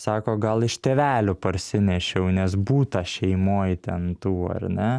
sako gal iš tėvelių parsinešiau nes būta šeimoj ten tų ar ne